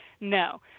No